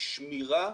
שמירה